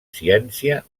ciència